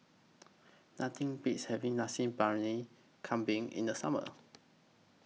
Nothing Beats having Nasi Briyani Kambing in The Summer